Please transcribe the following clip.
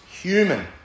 human